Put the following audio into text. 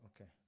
okay